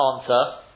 answer